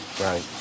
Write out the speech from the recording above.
Right